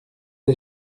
des